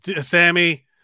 Sammy